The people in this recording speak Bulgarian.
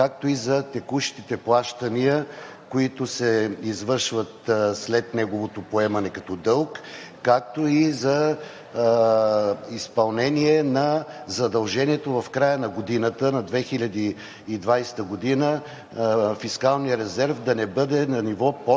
както и за текущите плащания, които се извършват след неговото поемане като дълг, както и за изпълнение на задължението в края на 2020 г. фискалният резерв да не бъде на ниво под